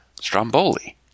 stromboli